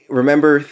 remember